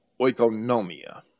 oikonomia